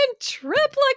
triplicate